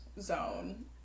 zone